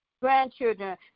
grandchildren